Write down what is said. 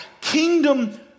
Kingdom